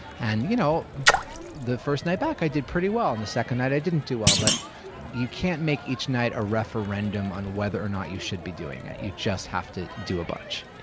and you know the first night back, i did pretty well. and the second night, i didn't do well. but you can't make each night a referendum on whether or not you should be doing it. you just have to do a bunch.